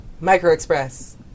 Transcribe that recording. micro-express